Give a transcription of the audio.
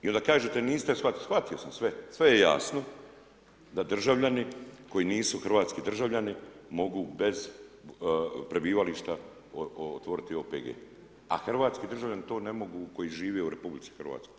I onda kažete niste shvatili, shvatio sam sve, sve je jasno da državljani koji nisu hrvatski državljani mogu bez prebivališta otvoriti OPG, a hrvatski državljani to ne mogu koji žive u RH.